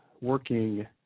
working